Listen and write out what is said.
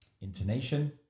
Intonation